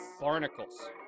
Barnacles